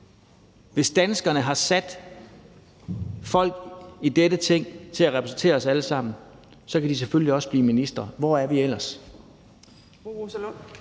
Hvis danskerne har sat folk i dette Ting til at repræsentere os alle sammen, kan de selvfølgelig også blive ministre. Hvor er vi ellers?